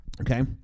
Okay